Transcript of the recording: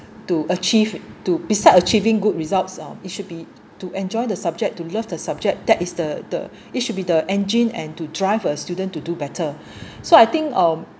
to achieve to besides achieving good results uh it should be to enjoy the subject to love the subject that is the the it should be the engine and to drive a student to do better so I think um